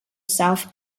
south